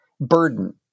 burden